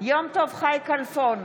יום טוב חי כלפון,